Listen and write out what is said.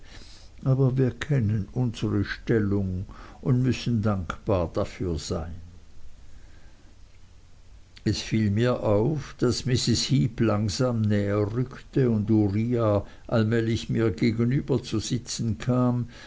aber wir kennen unsre stellung und müssen dankbar dafür sein es fiel mir auf daß mrs heep langsam näher rückte und uriah allmählich mir gegenüber zu sitzen kam